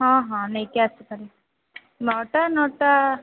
ହଁ ହଁ ନେଇକି ଆସିପାରିବ ନଅଟା ନଅଟା